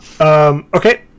Okay